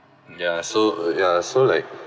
ya so uh ya so like